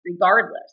regardless